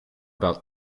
about